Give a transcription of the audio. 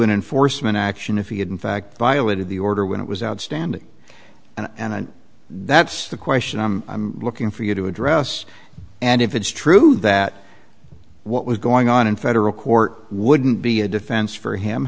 an enforcement action if he had in fact violated the order when it was outstanding and that's the question i'm looking for you to address and if it's true that what was going on in federal court wouldn't be a defense for him